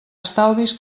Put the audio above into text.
estalvis